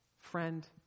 friend